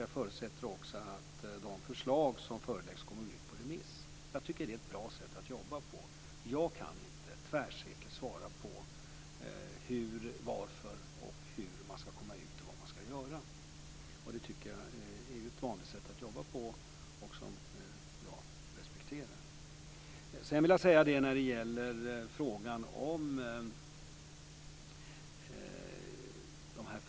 Jag förutsätter också att de förslag som föreläggs ska gå ut på remiss. Jag tycker att det är ett bra sätt att jobba på. Jag kan inte tvärsäkert svara på varför, hur man ska komma ut och vad man ska göra. Detta tycker jag är ett vanligt sätt att jobba på som jag respekterar.